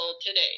today